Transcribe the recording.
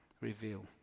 reveal